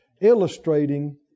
illustrating